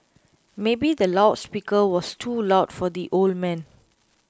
maybe the loud speaker was too loud for the old man